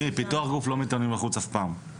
פיתוח גוף לא מתאמנים בחוץ אף פעם,